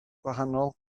gwahanol